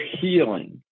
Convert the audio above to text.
healing